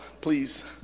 please